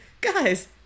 guys